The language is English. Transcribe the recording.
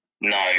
no